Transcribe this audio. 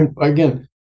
again